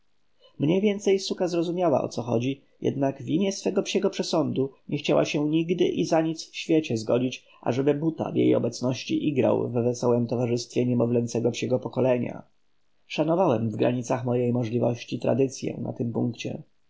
mniej więcej suka zrozumiała o co chodzi jednak w imię swego psiego przesądu nie chciała się nigdy i za nic w świecie zgodzić ażeby buta w jej obecności igrał w wesołem towarzystwie niemowlęcego psiego pokolenia szanowałem w granicach mojej możliwości tradycyę na tym punkcie